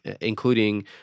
including